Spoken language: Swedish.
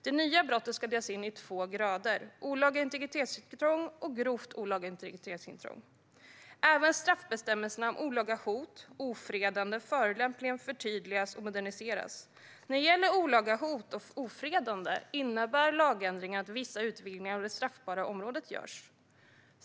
Den nya brottsrubriceringen ska delas in i två grader: olaga integritetsintrång och grovt olaga integritetsintrång. Även straffbestämmelserna om olaga hot, ofredande och förolämpning förtydligas och moderniseras. När det gäller olaga hot och ofredande innebär lagändringarna att vissa utvidgningar av det straffbara området görs.